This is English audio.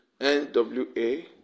NWA